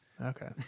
Okay